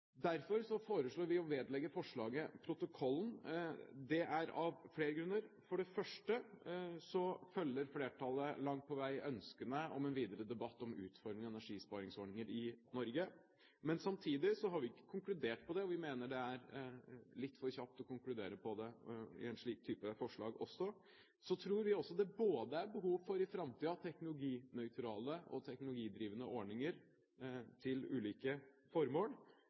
Derfor foreslår vi å vedlegge forslaget protokollen. Det er av flere grunner. For det første følger flertallet langt på vei ønskene om en videre debatt om utformingen av energisparingsordninger i Norge, men samtidig har vi ikke konkludert på det, og vi mener det er litt for kjapt å konkludere på det i en slik type forslag også. Så tror vi også det i framtiden er behov for både teknologinøytrale og teknologidrivende ordninger til ulike formål.